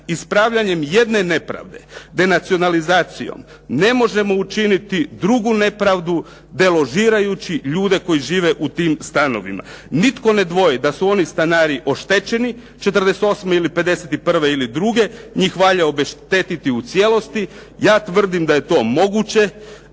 ispravljanjem jedne nepravde denacionalizacijom ne možemo učiniti drugu nepravdu deložirajući ljude koji žive u tim stanovima. Nitko ne dvoji da su oni stanari oštećeni 48., 51. ili 52., njih valja obeštetiti u cijelosti. Ja tvrdim da je to moguće.